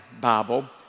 Bible